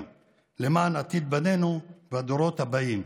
למען עתיד בנינו והדורות הבאים.